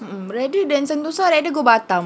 mm mm rather than sentosa rather go batam